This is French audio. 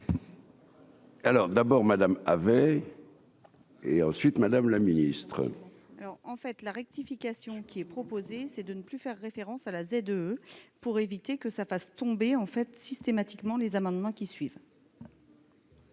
Alors d'abord Madame avait et ensuite, Madame la Ministre. Alors, en fait, la rectification qui est proposé, c'est de ne plus faire référence à la ZE pour éviter que ça fasse tomber en fait systématiquement les amendements qui suivent.